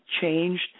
changed